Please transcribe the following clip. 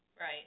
Right